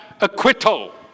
acquittal